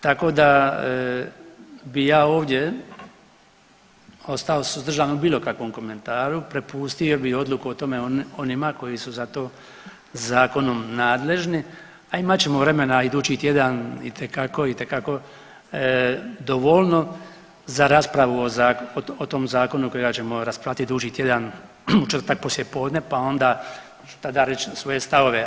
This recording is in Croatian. Tako da bi ja ovdje ostao suzdržan u bilo kakvom komentaru, prepustio bi odluku o tome onima koji su za to zakonom nadležni, a imat ćemo vremena idući tjedan itekako, itekako dovoljno za raspravu o tom zakonu kojega ćemo raspravljati idući tjedan u četvrtak poslijepodne pa onda ću tada reći svoje stavove.